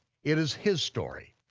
it is his story,